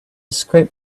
script